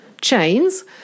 chains